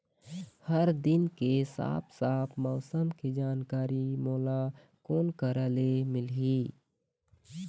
हर दिन के साफ साफ मौसम के जानकारी मोला कोन करा से मिलही?